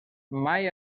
mai